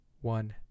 one